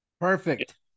Perfect